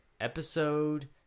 Episode